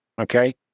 Okay